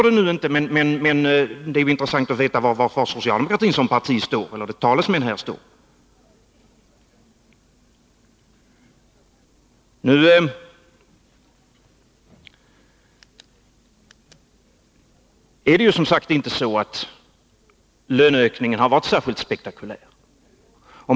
Det vore intressant att få veta vad socialdemokratin som parti och dess talesmän står i denna fråga. Löneökningen har inte varit särskilt spektakulär.